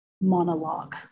monologue